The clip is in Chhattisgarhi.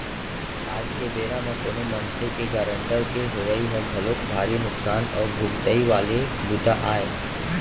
आज के बेरा म कोनो मनसे के गारंटर के होवई ह घलोक भारी नुकसान अउ भुगतई वाले बूता आय